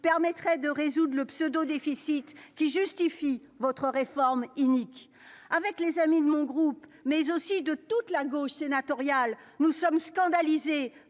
permettrait de résoudre le pseudo déficit qui justifie votre réforme inique. Avec les amis de mon groupe mais aussi de toute la gauche sénatoriale. Nous sommes scandalisés